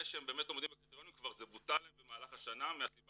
אלה שעומדים בקריטריונים זה בוטל להם כבר במהלך השנה מהסיבה